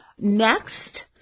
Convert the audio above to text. Next